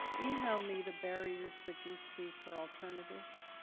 email me the barriers that you see for alternatives.